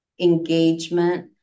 engagement